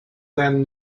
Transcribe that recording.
then